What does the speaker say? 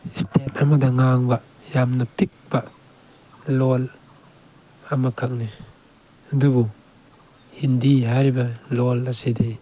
state ꯑꯃꯗ ꯉꯥꯡꯕ ꯌꯥꯝꯅ ꯄꯤꯛꯄ ꯂꯣꯜ ꯑꯃꯈꯛꯅꯤ ꯑꯗꯨꯕꯨ ꯍꯤꯟꯗꯤ ꯍꯥꯏꯔꯤꯕ ꯂꯣꯜ ꯑꯁꯤꯗꯤ